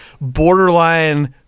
borderline